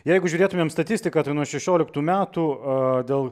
jeigu žiūrėtumėm statistiką tai nuo šešioliktų metų a dėl